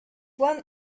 one